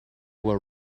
were